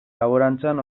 laborantzan